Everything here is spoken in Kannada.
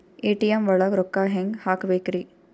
ಎ.ಟಿ.ಎಂ ಒಳಗ್ ರೊಕ್ಕ ಹೆಂಗ್ ಹ್ಹಾಕ್ಬೇಕ್ರಿ?